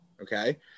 Okay